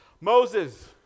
Moses